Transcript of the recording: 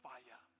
Fire